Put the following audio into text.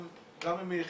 גם אם היא חלקית,